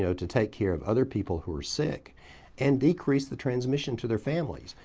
so to take care of other people who are sick and decrease the transmission to their families.